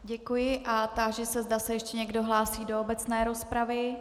Děkuji a táži se, zda se ještě někdo hlásí do obecné rozpravy.